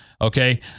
Okay